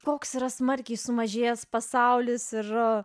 koks yra smarkiai sumažėjęs pasaulis ir